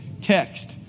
text